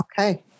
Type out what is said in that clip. Okay